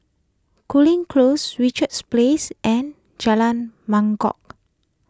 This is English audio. Cooling Close Richards Place and Jalan Mangkok